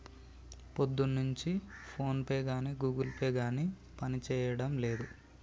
పొద్దున్నుంచి ఫోన్పే గానీ Google Pay గానీ పనిజేయడం లేదు